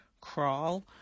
crawl